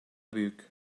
büyük